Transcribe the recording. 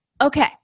Okay